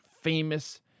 famous